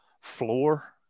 floor